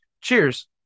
Cheers